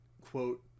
quote